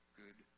good